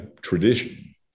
tradition